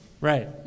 Right